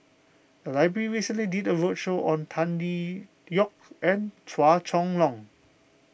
the library recently did a roadshow on Tan Tee Yoke and Chua Chong Long